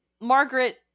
Margaret